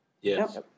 Yes